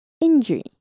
Injury